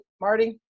Marty